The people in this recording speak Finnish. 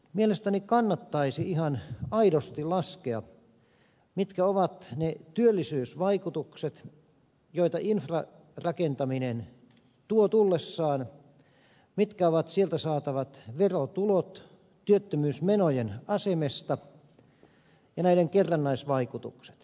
mielestäni kannattaisi ihan aidosti laskea mitkä ovat ne työllisyysvaikutukset joita infrarakentaminen tuo tullessaan mitkä ovat sieltä saatavat verotulot työttömyysmenojen asemesta ja näiden kerrannaisvaikutukset